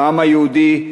לעם היהודי,